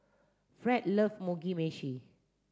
Fred love Mugi meshi